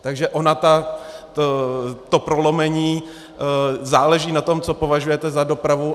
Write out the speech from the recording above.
Takže ono to prolomení, záleží na tom, co považujete za dopravu.